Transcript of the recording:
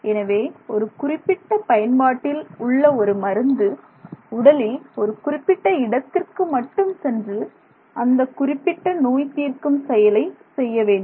எனவே ஒரு குறிப்பிட்ட பயன்பாட்டில் உள்ள ஒரு மருந்து உடலில் ஒரு குறிப்பிட்ட இடத்திற்கு மட்டும் சென்று அந்த குறிப்பிட்ட நோய் தீர்க்கும் செயலை செய்ய வேண்டும்